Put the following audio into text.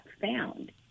found